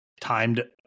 timed